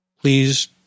please